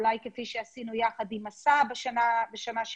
אולי כפי שעשינו יחד עם מסע בשנה שעברה